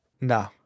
No